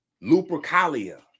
lupercalia